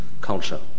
culture